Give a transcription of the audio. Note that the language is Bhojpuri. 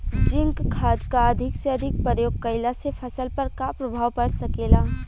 जिंक खाद क अधिक से अधिक प्रयोग कइला से फसल पर का प्रभाव पड़ सकेला?